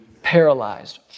paralyzed